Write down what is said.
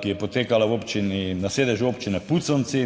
ki je potekala v občini, na sedežu občine Puconci,